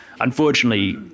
unfortunately